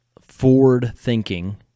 forward-thinking